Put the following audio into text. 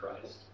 Christ